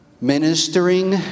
ministering